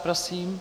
Prosím.